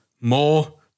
more